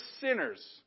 sinners